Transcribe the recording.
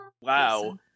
Wow